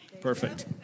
Perfect